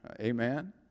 Amen